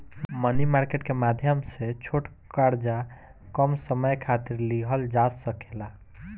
मनी market के माध्यम से छोट कर्जा कम समय खातिर लिहल जा सकेला